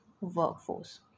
workforce